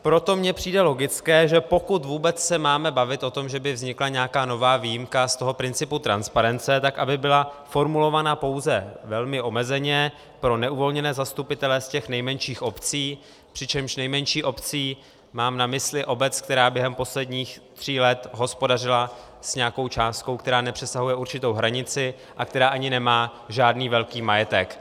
Proto mi přijde logické, že pokud vůbec se máme bavit o tom, že by vznikla nějaká nová výjimka z toho principu transparence, tak aby byla formulována pouze velmi omezeně pro neuvolněné zastupitele z těch nejmenších obcí, přičemž nejmenší obcí mám na mysli obec, která během posledních tří let hospodařila s nějakou částkou, která nepřesahuje určitou hranici a která ani nemá žádný velký majetek.